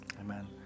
Amen